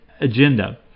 agenda